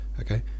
okay